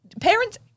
parents